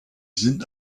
sind